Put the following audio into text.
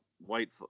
White